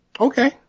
Okay